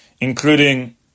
including